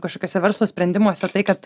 kažkokiuose verslo sprendimuose tai kad